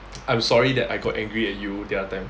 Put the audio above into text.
I'm sorry that I got angry at you the other time